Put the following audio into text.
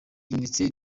minisiteri